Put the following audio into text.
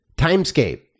Timescape